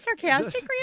sarcastic